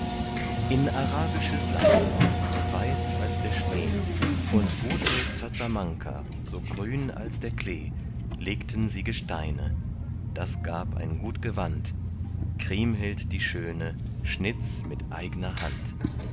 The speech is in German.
in arabische seide so weiß als der schnee und gute zazamanker so grün als der klee legten sie gesteine das gab ein gut gewand kriemhild die schöne schnitts mit eigener hand